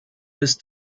bis